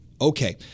Okay